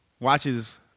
Watches